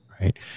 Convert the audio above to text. Right